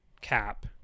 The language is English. cap